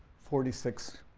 forty six,